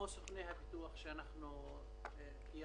אנחנו גם לא יודעים אם תהיה ואנחנו לא יכולים לחכות עד שהיא תהיה.